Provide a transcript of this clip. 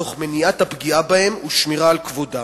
תוך מניעת הפגיעה בהם ושמירה על כבודם.